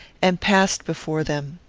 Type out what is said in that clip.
and passed before them.